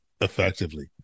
effectively